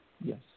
Yes